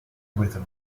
rhythm